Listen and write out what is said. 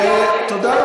ותודה.